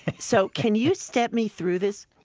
so, can you step me through this?